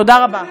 תודה רבה.